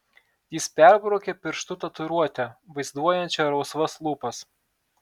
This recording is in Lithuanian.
jis perbraukė pirštu tatuiruotę vaizduojančią rausvas lūpas